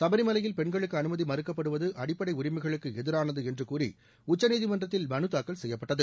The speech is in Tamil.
சபரி மலையில் பெண்களுக்கு அனுமதி மறுக்கப்படுவது அடிப்படை உரிமைகளுக்கு எதிராளது என்று கூறி உச்சநீதிமன்றத்தில் மனு தாக்கல் செய்யப்பட்டது